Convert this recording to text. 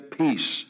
peace